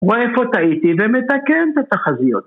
‫ואיפה טעיתי? ומתקן את התחזיות